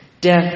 Death